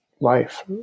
life